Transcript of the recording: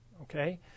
okay